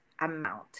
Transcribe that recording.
amount